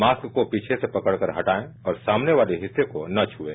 mask को पीछे से पकड़कर हटाएं और सामने वाले हिस्से को न छएं